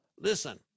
Listen